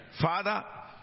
Father